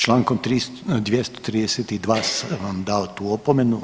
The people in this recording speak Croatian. Člankom 232. sam vam dao tu opomenu.